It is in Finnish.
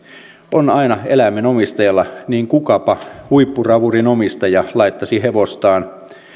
on aina eläimen omistajalla niin kukapa huippuravurin omistaja laittaisi hevostaan